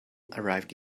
arrived